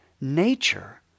nature